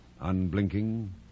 unblinking